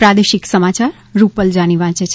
પ્રાદેશિક સમાચાર રૂપલ જાની વાંચે છે